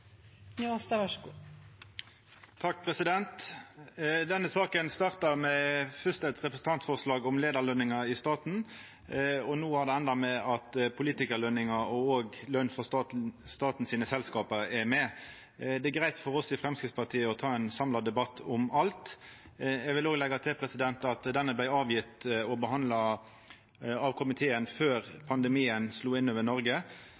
Denne saka starta med eit representantforslag om leiarløningar i staten, og no har det enda med at politikarløningar og løn i staten sine selskap er med. Det er greitt for oss i Framstegspartiet å ta ein samla debatt om alt. Eg vil leggja til at denne innstillinga vart behandla og lagd fram av komiteen før pandemien slo inn over Noreg.